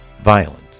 violence